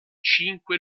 cinque